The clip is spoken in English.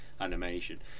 Animation